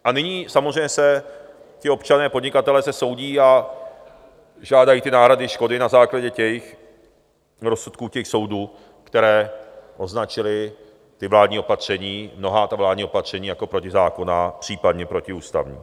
A nyní samozřejmě se ti občané a podnikatelé se soudí a žádají ty náhrady škody na základě rozsudků těch soudů, které označily ta vládní opatření, mnohá ta vládní opatření, jako protizákonná, případně protiústavní.